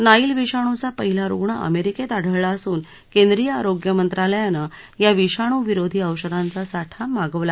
Nile विषाणूचा पहिला रुग्ण अमेरिकेत आढळला असून केंद्रीय आरोग्य मंत्रालयानं या विषाणू विरोधी औषधांचा साठा मागवला आहे